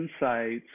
insights